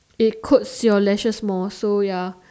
it coats your lashes more so ya